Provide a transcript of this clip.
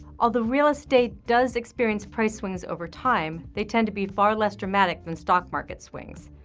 although real estate does experience price swings over time, they tend to be far less dramatic than stock market swings.